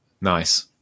nice